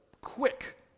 quick